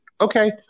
Okay